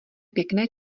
pěkné